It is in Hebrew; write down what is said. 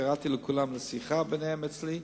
קראתי לכולם לשיחה ביניהם אצלי,